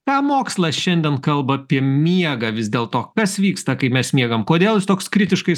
ką mokslas šiandien kalba apie miegą vis dėl to kas vyksta kai mes miegam kodėl jis toks kritiškai